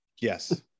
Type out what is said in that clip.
Yes